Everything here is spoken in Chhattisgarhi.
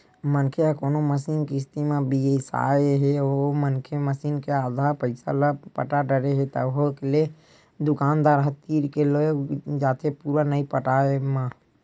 मनखे ह कोनो मसीन किस्ती म बिसाय हे ओ मनखे मसीन के आधा पइसा ल पटा डरे हे तभो ले दुकानदार ह तीर के लेग जाथे पुरा नइ पटाय म